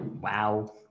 Wow